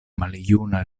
maljuna